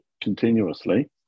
continuously